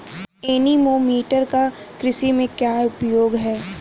Anemometer का कृषि में क्या उपयोग है?